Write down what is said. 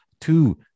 two